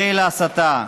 די להסתה,